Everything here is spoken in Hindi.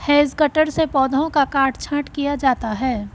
हेज कटर से पौधों का काट छांट किया जाता है